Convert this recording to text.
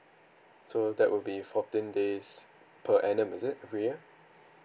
so that will be fourteen days per annum is it every year